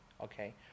okay